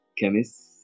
Chemist